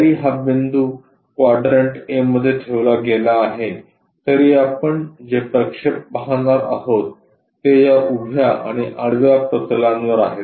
जरी हा बिंदू क्वाड्रंट ए मध्ये ठेवला गेला आहे तरी आपण जे प्रक्षेप पाहणार आहोत ते या उभ्या आणि आडव्या प्रतलांवर आहेत